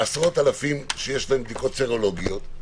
עשרות אלפים שיש להם בדיקות סרולוגיות.